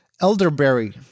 elderberry